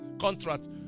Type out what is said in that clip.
contract